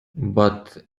but